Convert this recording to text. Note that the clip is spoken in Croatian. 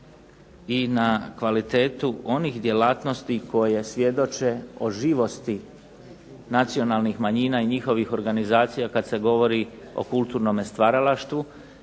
i na kvalitetu onih djelatnosti koje svjedoče o živosti nacionalnih manjina i njihovih organizacija kad se govori o kulturnome stvaralaštvu,